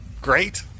great